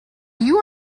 you